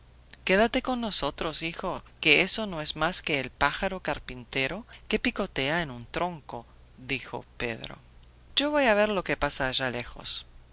quédate con nosotros hijo que eso no es más que el pájaro carpintero que picotea en un tronco dijo pedro yo voy a ver lo que pasa allá lejos